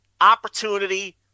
opportunity